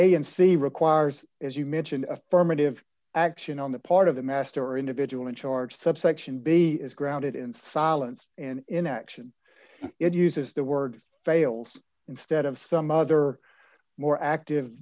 c requires as you mentioned affirmative action on the part of the master individual in charge subsection baby is grounded in silence and in action it uses the word fails instead of some other more active